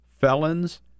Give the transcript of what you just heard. felons